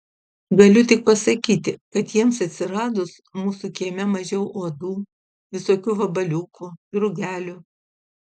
galiu tik pasakyti kad jiems atsiradus mūsų kieme mažiau uodų visokių vabaliukų drugelių